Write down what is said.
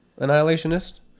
annihilationist